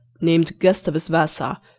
named gustavus vassa,